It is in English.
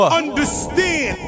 understand